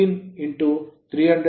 75375 ಇದು 215V 18